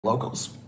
Locals